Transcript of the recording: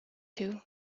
two